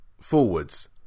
forwards